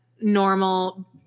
normal